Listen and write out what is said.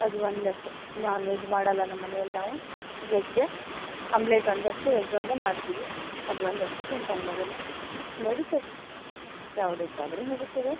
ಅದು ಒಂದು ಅಷ್ಟೇ ನಾನ್ ವೆಜ್ ಮಾಡಲ್ಲ ನಮ್ಮನಿಯಲ್ಲಿ ನಾವು ವೆಜ್ಜೇ ಆಮ್ಲೆಟ್ ಒಂದೇ ಅಷ್ಟೇ ಎಗ್ ಒಂದೇ ಮಾಡ್ತೀವಿ ಅದು ಒಂದು ಅಷ್ಟೇ ತಿಂತಾನೆ ಮಗನು ನಡೀತದೆ ಯಾವುದಕ್ಕಾದರು ನಡೀತದ